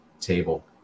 table